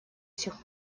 сих